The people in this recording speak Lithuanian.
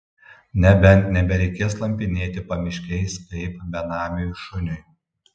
nebent nebereikės slampinėti pamiškiais kaip benamiui šuniui